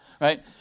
right